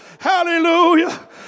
Hallelujah